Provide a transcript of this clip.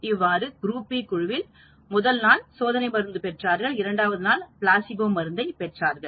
இவ்வாறு group B குழுவில் உள்ளவர்கள் முதல் நாள் சோதனை மருந்து பெற்றார்கள் இரண்டாவது நாள் பிளாசிபோ மருந்தை பெற்றார்கள்